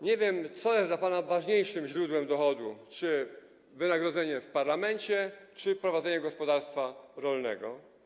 Nie wiem, co jest dla pana ważniejszym źródłem dochodu, czy wynagrodzenie w parlamencie, czy prowadzenie gospodarstwa rolnego.